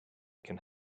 can